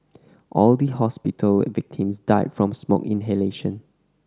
all the hospital victims died from smoke inhalation